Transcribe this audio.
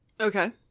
Okay